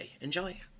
enjoy